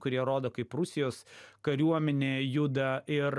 kurie rodo kaip rusijos kariuomenė juda ir